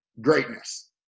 greatness